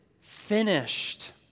finished